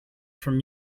from